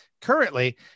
Currently